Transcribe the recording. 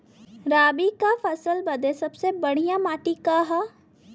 रबी क फसल बदे सबसे बढ़िया माटी का ह?